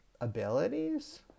abilities